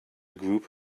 group